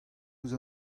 ouzh